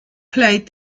played